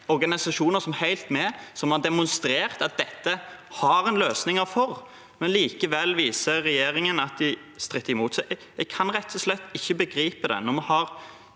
organisasjoner som Helt Med som har demonstrert at en har løsninger for dette, men likevel viser regjeringen at de stritter imot. Jeg kan rett og slett ikke begripe at når vi har